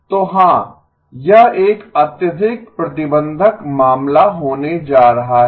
तो हाँ यह एक अत्यधिक प्रतिबंधक मामला होने जा रहा है